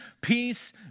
peace